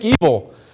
evil